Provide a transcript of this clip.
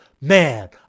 man